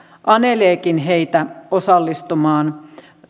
aneleekin heitä osallistumaan